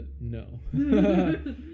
No